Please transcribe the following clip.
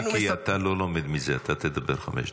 מישרקי, אתה לא לומד מזה, אתה תדבר חמש דקות.